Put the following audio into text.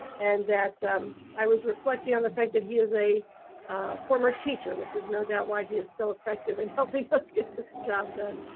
and that i was reflecting on the fact that he is a former teacher which is no doubt why he is so effective in helping us get this job done.